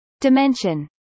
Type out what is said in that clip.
Dimension